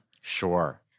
Sure